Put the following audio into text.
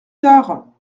tard